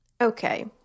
Okay